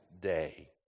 day